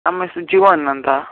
ನಮ್ಮ ಹೆಸ್ರು ಜೀವನ್ ಅಂತ